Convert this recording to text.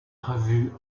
revue